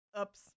Oops